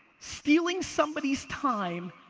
stealing somebody's time,